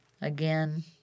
Again